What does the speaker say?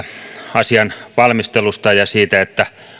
asian valmistelusta ja siitä että